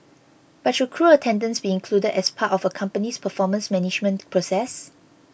but should crew attendance be included as part of a company's performance management process